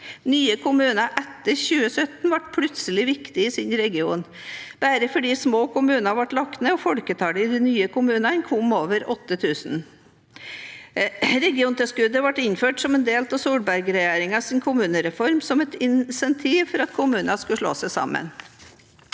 Nye kommuner etter 2017 ble plutselig viktige i sin region bare fordi små kommuner ble lagt ned og folketallet i de nye kommunene kom over 8 000. Regionsentertilskuddet ble innført som en del av Solbergregjeringens kommunereform som et insentiv for at kommuner skulle slå seg sammen.